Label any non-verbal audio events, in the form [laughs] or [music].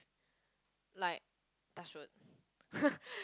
like touch wood [laughs]